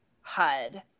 HUD